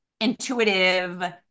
intuitive